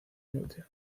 inútil